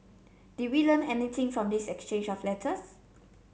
did we learn anything from this exchange of letters